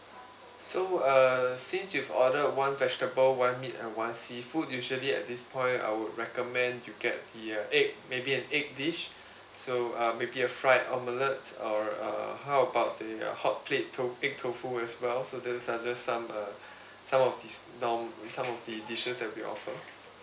so uh since you've ordered one vegetable one meat and one seafood usually at this point I would recommend you get the uh egg maybe an egg dish so uh maybe a fried omelette or uh how about the uh hotplate to~ egg tofu as well so the suggest some uh some of these non~ some of the dishes that we offer